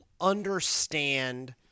understand